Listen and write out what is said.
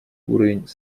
уровень